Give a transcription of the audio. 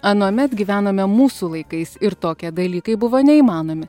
anuomet gyvenome mūsų laikais ir tokie dalykai buvo neįmanomi